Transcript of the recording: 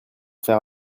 faire